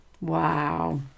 Wow